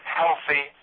healthy